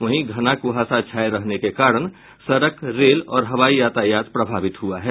वहीं घना कुहासा छाये रहने के कारण सड़क रेल और हवाई यातायात प्रभावित हुआ है